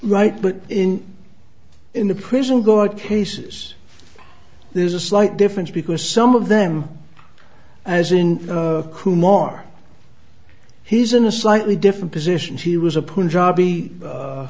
right but in in the prison guard cases there's a slight difference because some of them as in kumar he's in a slightly different position he was a